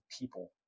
people